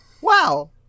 Wow